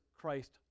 Christ